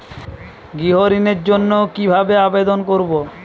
গৃহ ঋণ জন্য কি ভাবে আবেদন করব?